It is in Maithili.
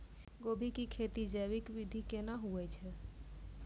गोभी की खेती जैविक विधि केना हुए छ?